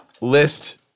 list